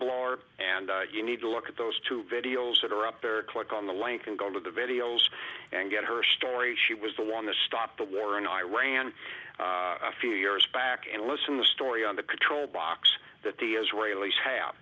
blower and you need to look at those two videos that are up there click on the link and go to the videos and get her story she was the one the stop the war in iran a few years back and listen the story on the control box that the israelis have